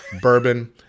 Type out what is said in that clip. bourbon